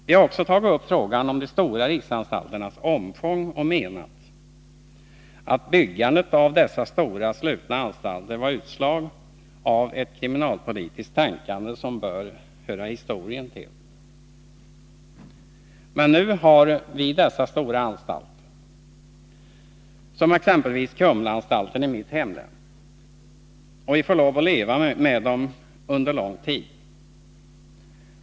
Vi har också tagit upp frågan om de stora riksanstalternas omfång och menat att byggandet av dessa stora slutna anstalter var utslag av ett kriminalpolitiskt tänkande som bör höra historien till. Men nu har vi dessa stora anstalter, som exempelvis Kumlaanstalten i mitt hemlän, och vi får lov att leva med dem under lång tid.